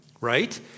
right